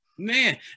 Man